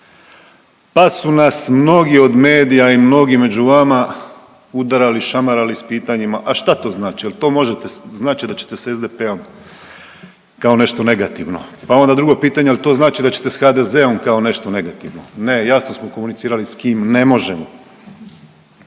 pa su nas mnogi od medija i mnogi među vama udarali šamarali s pitanjima a šta to znači jel to možete znači da ćete s SDP-om kao nešto negativno? Pa onda drugo pitanje, jel to znači da ćete s HDZ-om kao nešto negativno? Ne, jasno smo komunicirali s kim ne možemo.